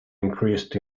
increased